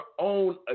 own